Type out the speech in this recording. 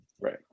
right